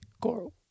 Coral